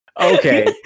Okay